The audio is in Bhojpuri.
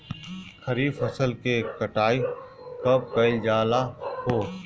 खरिफ फासल के कटाई कब कइल जाला हो?